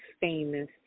famous